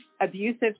abusive